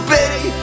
Betty